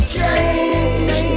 change